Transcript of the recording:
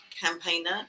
campaigner